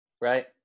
Right